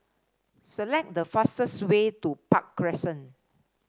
select the fastest way to Park Crescent